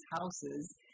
houses